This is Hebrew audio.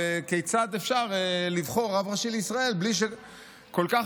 וכיצד אפשר לבחור רב ראשי לישראל בלי שכל כך